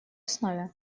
основе